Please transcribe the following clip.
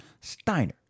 Steiner